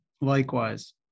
Likewise